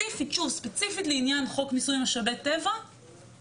ספציפית לעניין חוק מיסוי משאבי טבע,